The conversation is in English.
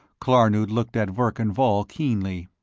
klarnood looked at verkan vall keenly.